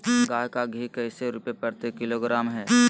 गाय का घी कैसे रुपए प्रति किलोग्राम है?